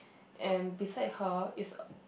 and beside her is a